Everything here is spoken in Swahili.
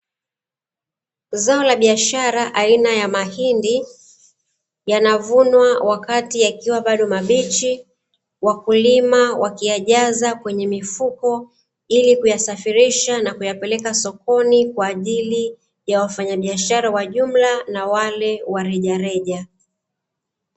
Zao la biashara aina ya mahindi yanavunwa wakati yakiwa bado mabichi, wakulima wakiyajaza kwenye mifuko ili kuyasafirisha na kuyapeleka sokoni kwaajili ya wafanyabiashara wa jumla na wale wa rejareja.